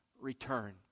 return